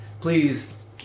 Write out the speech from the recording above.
Please